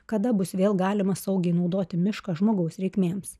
kada bus vėl galima saugiai naudoti mišką žmogaus reikmėms